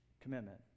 Commitment